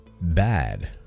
bad